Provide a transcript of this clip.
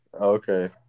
Okay